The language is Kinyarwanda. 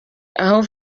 aho